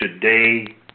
today